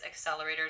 accelerators